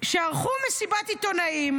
שערכו מסיבת עיתונאים.